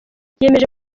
yemeje